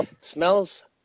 smells